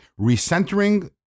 Recentering